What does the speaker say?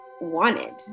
wanted